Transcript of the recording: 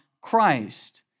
Christ